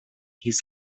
his